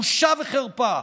בושה וחרפה,